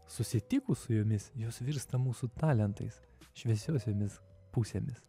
susitikus su jomis jos virsta mūsų talentais šviesiosiomis pusėmis